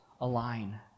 align